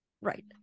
Right